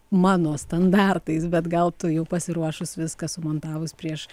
mano standartais bet gal tu jau pasiruošus viską sumontavus prieš